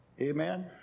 Amen